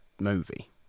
movie